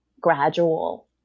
gradual